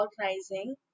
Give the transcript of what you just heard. organizing